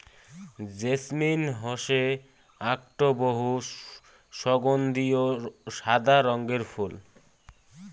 jasmine হসে আকটো বহু সগন্ধিও সাদা রঙের ফুল